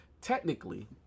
technically